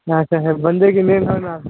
अच्छा अच्छा बंदे किन्ने न थोआढ़े नाल